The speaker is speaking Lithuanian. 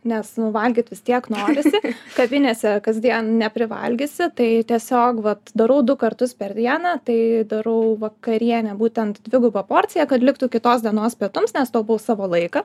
nes nu valgyt vis tiek norisi kavinėse kasdien neprivalgysi tai tiesiog vat darau du kartus per dieną tai darau vakarienę būtent dvigubą porciją kad liktų kitos dienos pietums nes taupau savo laiką